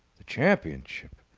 the championship?